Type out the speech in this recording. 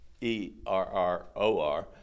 E-R-R-O-R